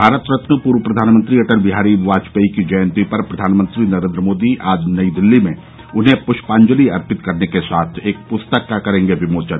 भारत रत्न पूर्व प्रधानमंत्री अटल बिहारी वाजपेयी की जयंती पर प्रधानमंत्री नरेंद्र मोदी आज नई दिल्ली में उन्हें पृष्पांजलि अर्पित करने के साथ एक पुस्तक का करेंगे विमोचन